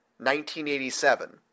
1987